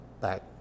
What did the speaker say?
back